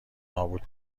نابود